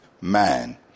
man